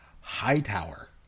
Hightower